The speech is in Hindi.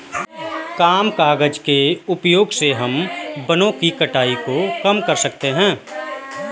कम कागज़ के उपयोग से हम वनो की कटाई को कम कर सकते है